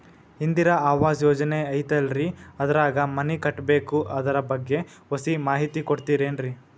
ಇಂದಿರಾ ಆವಾಸ ಯೋಜನೆ ಐತೇಲ್ರಿ ಅದ್ರಾಗ ಮನಿ ಕಟ್ಬೇಕು ಅದರ ಬಗ್ಗೆ ಒಸಿ ಮಾಹಿತಿ ಕೊಡ್ತೇರೆನ್ರಿ?